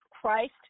Christ